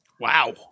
wow